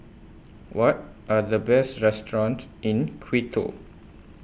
What Are The Best restaurants in Quito